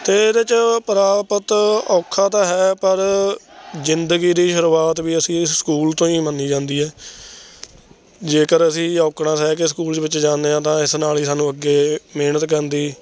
ਅਤੇ ਇਹਦੇ 'ਚ ਪ੍ਰਾਪਤ ਔਖਾ ਤਾਂ ਹੈ ਪਰ ਜ਼ਿੰਦਗੀ ਦੀ ਸ਼ੁਰੂਆਤ ਵੀ ਅਸੀਂ ਇਸ ਸਕੂਲ ਤੋਂ ਹੀ ਮੰਨੀ ਜਾਂਦੀ ਹੈ ਜੇਕਰ ਅਸੀਂ ਔਕੜਾਂ ਸਹਿ ਕੇ ਸਕੂਲ ਵਿੱਚ ਜਾਂਦੇ ਹਾਂ ਤਾਂ ਇਸ ਨਾਲ ਹੀ ਸਾਨੂੰ ਅੱਗੇ ਮਿਹਨਤ ਕਰਨ ਦੀ